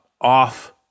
off